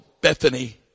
Bethany